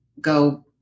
go